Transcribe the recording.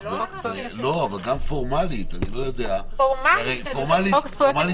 אבל גם פורמלית ------ אבל תנו לי